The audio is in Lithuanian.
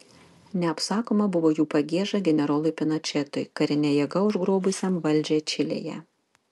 neapsakoma buvo jų pagieža generolui pinočetui karine jėga užgrobusiam valdžią čilėje